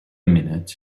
minute